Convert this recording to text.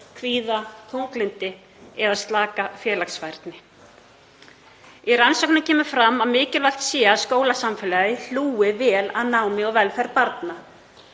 kvíða, þunglyndi eða slaka félagsfærni. Í rannsókninni kemur fram að mikilvægt sé að skólasamfélagið hlúi vel að námi og velferð barna.